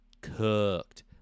Cooked